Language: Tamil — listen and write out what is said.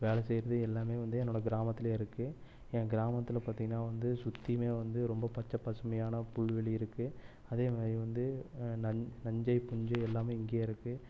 வேலை செய்வது எல்லாம் வந்து என்னோட கிராமத்துலேயே இருக்கு என் கிராமத்தில் பார்த்திங்கன்னா வந்து சுற்றியுமே வந்து ரொம்ப பச்சை பசுமையான புல்வெளி இருக்கு அதேமாதிரி வந்து நஞ்சை புஞ்சை எல்லாம் இங்கேயே இருக்கு